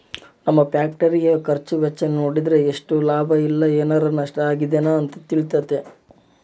ನಮ್ಮ ಫ್ಯಾಕ್ಟರಿಯ ಖರ್ಚು ವೆಚ್ಚ ನೋಡಿದ್ರೆ ಎಷ್ಟು ಲಾಭ ಇಲ್ಲ ಏನಾರಾ ನಷ್ಟ ಆಗಿದೆನ ಅಂತ ತಿಳಿತತೆ